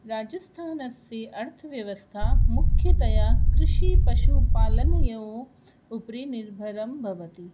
राजस्थानस्य अर्थव्यवस्था मुख्यतया कृषिपशुपालनयोः उपरि निर्भरं भवति